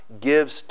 gives